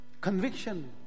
Conviction